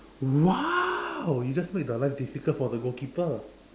!wow! you just make the life difficult for the goalkeeper